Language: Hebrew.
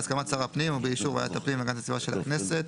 בהסכמת שר הפנים ובאישור ועדת הפנים והגנת הסביבה של הכנסת,